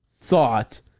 thought